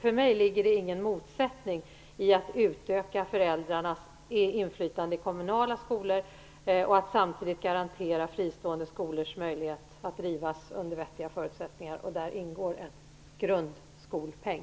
För mig ligger det ingen motsättning i att utöka föräldrarnas inflytande i kommunala skolor och att samtidigt garantera fristående skolors möjligheter att drivas under vettiga förutsättningar, och där ingår en grundskolpeng.